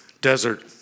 desert